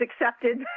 accepted